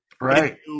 Right